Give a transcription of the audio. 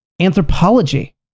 anthropology